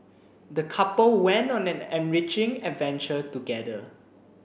the couple went on an enriching adventure together